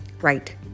right